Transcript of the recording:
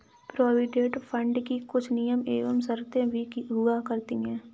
provident fund की कुछ नियम एवं शर्तें भी हुआ करती हैं